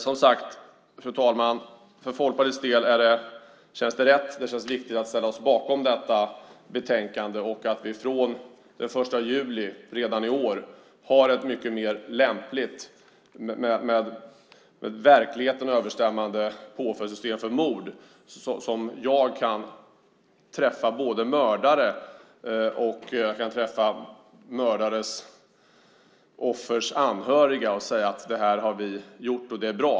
Som sagt, fru talman, känns det rätt och viktigt för Folkpartiets del att ställa oss bakom detta betänkande och att vi från den 1 juli redan i år har ett mycket mer lämpligt och med verkligheten överensstämmande påföljdssystem för mord, så att jag kan träffa både mördare och offers anhöriga och säga att det här har vi gjort och att det är bra.